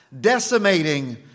decimating